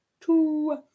two